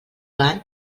van